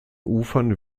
ufern